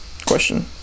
Question